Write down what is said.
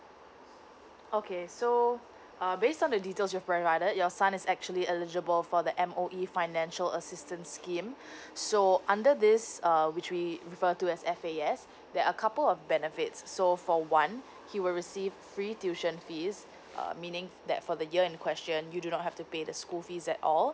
okay so uh based on the details you've provided your son is actually eligible for the M_O_E financial assistance scheme so under this err which we refer to as F_A_S there are couple of benefits so for one he will receive free tuition fees uh meaning that for the year end question you do not have to pay the school fees at all